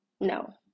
No